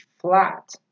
flat